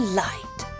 light